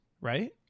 right